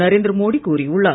நரேந்திர மோடி கூறியுள்ளார்